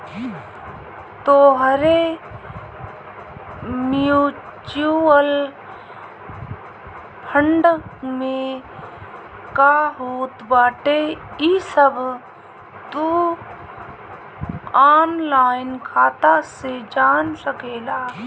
तोहरे mutual fund में का होत बाटे इ सब तू ऑनलाइन खाता से जान सकेला